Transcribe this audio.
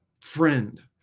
friend